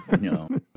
No